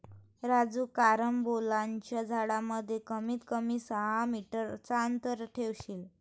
राजू कारंबोलाच्या झाडांमध्ये कमीत कमी सहा मीटर चा अंतर ठेवशील